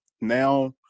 now